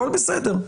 הכול בסדר.